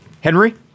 Henry